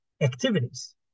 activities